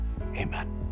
amen